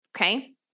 Okay